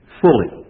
fully